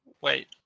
Wait